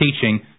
teaching